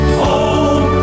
home